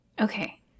Okay